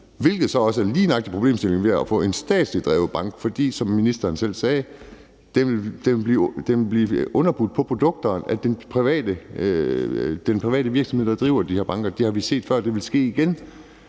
hvilket så lige nøjagtig er problemstillingen ved at få en statsligt drevet bank, for som ministeren selv sagde, vil den blive underbudt på produkterne af den private virksomhed, der driver de her banker. Det har vi set før, og det vil ske igen.